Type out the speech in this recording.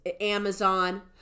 Amazon